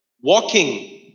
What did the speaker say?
walking